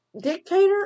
dictator